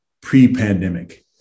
pre-pandemic